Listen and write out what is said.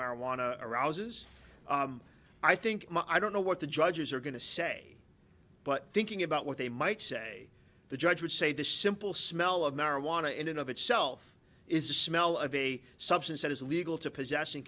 marijuana arouses i think i don't know what the judges are going to say but thinking about what they might say the judge would say the simple smell of marijuana in and of itself is a smell of a substance that is legal to possess